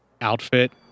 outfit